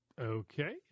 Okay